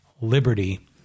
liberty